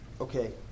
Okay